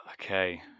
okay